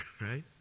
right